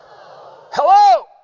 Hello